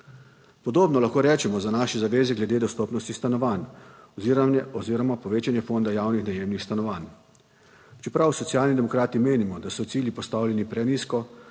Podobno lahko rečemo za naše zaveze glede dostopnosti stanovanj oziroma povečanja fonda javnih najemnih stanovanj. Čeprav Socialni demokrati menimo, da so cilji postavljeni prenizko,